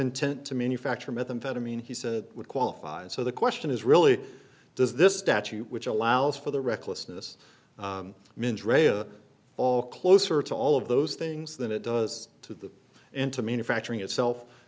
intent to manufacture methamphetamine he said would qualify and so the question is really does this statute which allows for the recklessness minge reya all closer to all of those things than it does to into manufacturing itself